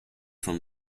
from